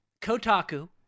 Kotaku